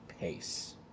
pace